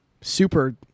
super –